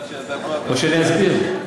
או שאני אסביר?